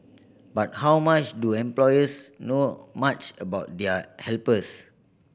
but how much do employers know much about their helpers